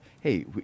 hey